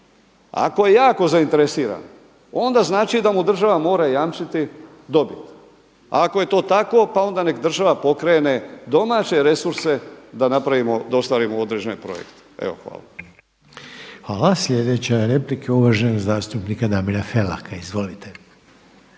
Ako je je jako zainteresiran onda znači da mu država mora jamčiti dobit. Ako je to tako pa onda nek država pokrene domaće resurse da ostvarimo određene projekte. Hvala. **Reiner, Željko (HDZ)** Hvala. Slijedeća je replika uvaženog zastupnika Damira Felaka. Izvolite!